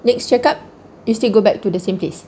next check up you still go back to the same place